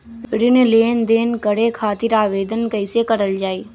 ऋण लेनदेन करे खातीर आवेदन कइसे करल जाई?